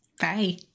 Bye